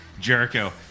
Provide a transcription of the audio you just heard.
Jericho